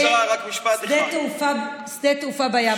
שדה תעופה בים.